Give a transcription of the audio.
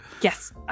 yes